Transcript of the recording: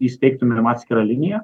įsteigtumėm atskirą liniją